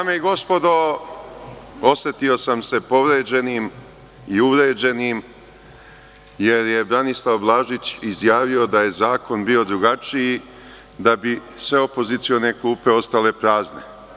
Dame i gospodo, osetio sam se povređenim i uvređenim jer je Branislav Blažić izjavio da je zakon bio drugačiji, da bi sve opozicione klupe ostale prazne.